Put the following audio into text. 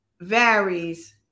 varies